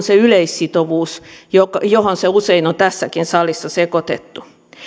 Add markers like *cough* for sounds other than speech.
*unintelligible* se yleissitovuus johon se usein on tässäkin salissa sekoitettu